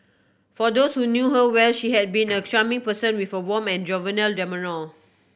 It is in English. for those who knew her well she has been a charming person with a warm and jovial demeanour